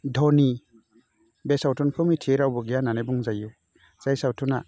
धनि बे सावथुनखौ मिथियै रावबो गैया होन्नानै बुंजायो जाय सावथुना